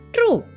True